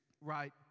right